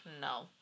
no